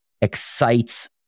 excites